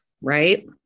Right